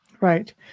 right